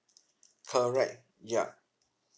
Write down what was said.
correct yup